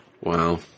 Wow